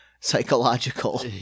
psychological